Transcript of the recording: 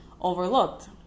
overlooked